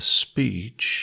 speech